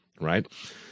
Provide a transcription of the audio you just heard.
Right